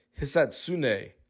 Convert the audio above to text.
Hisatsune